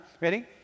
ready